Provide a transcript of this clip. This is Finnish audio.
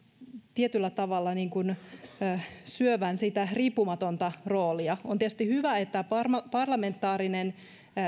tietyllä tavalla syövän sitä riippumatonta roolia on tietysti hyvä että parlamentaarinen